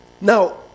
Now